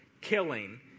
killing